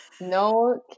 No